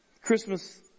Christmas